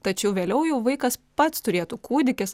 tačiau vėliau jau vaikas pats turėtų kūdikis